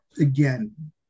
again